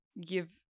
give